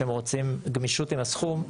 שהם רוצים גמישות עם הסכום,